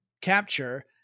capture